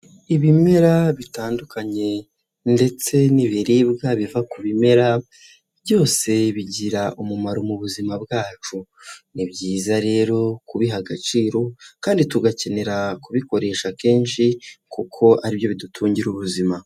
Ibimera bitandukanye ndetse n'ibiribwa biva ku bimera byose bigira umumaro mu buzima bwacu, ni byiza rero kubiha agaciro kandi tugakenera kubikoresha kenshi, kuko ari byo bidutungira ubuzima.